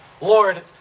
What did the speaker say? Lord